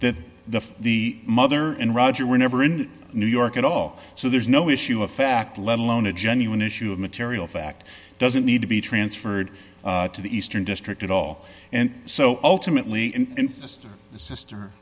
that the the mother and roger were never in new york at all so there is no issue of fact let alone a genuine issue of material fact doesn't need to be transferred to the eastern district at all and so ultimately and sister